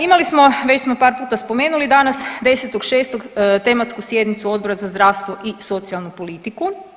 Imali smo, već smo par puta spomenuli dana 10.6. tematsku sjednicu Odbora za zdravstvo i socijalnu politiku.